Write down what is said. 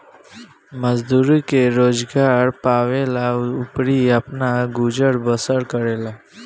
मजदूरी के रोजगार पावेले अउरी आपन गुजर बसर करेले